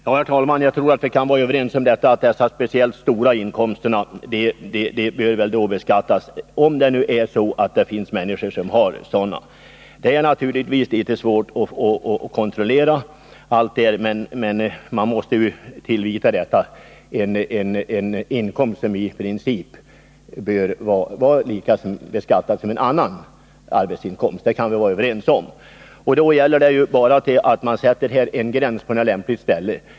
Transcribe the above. Herr talman! Jag tror att vi kan vara överens om att speciellt stora inkomster bör beskattas, i den mån sådana förekommer. Det är naturligtvis svårt att kontrollera sådana inkomster, men vi kan ändå vara överens om att man måste följa någon viss princip vid bedömningen av vad som skall beskattas på samma sätt som annan arbetsinkomst. Det gäller då att sätta en gräns vid en lämplig nivå.